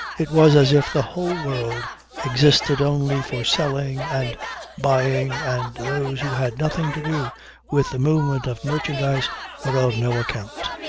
it was as if the whole world existed only for selling and buying and those who had nothing to do with the movement of merchandise were of no account.